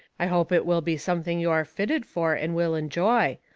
i hope it will be something you are fitted for and will enjoy.